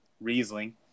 Riesling